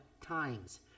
times